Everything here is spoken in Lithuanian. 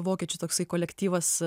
vokiečių toksai kolektyvas